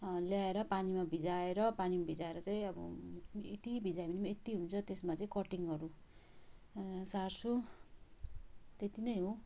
ल्याएर पानीमा भिजाएर पानीमा भिजाएर चाहिँ अब यती भिजायो भने पनि यत्ती हुन्छ त्यसमा चाहिँ कटिङहरू सार्छु त्यति नै हो